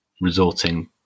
resorting